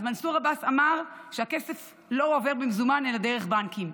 מנסור עבאס אמר שהכסף לא עובר במזומן אלא דרך בנקים.